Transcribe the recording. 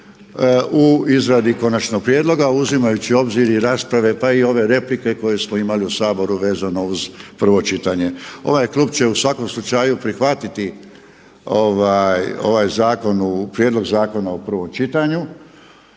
u izradi konačnog prijedloga uzimajući u obzir i rasprave pa i ove replike koje smo imali u Saboru vezano uz prvo čitanje. Ovaj klub će u svakom slučaju prihvatiti zakon, prijedlog zakona u prvom čitanju